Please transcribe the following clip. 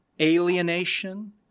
alienation